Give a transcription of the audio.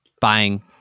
buying